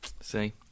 See